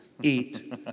eat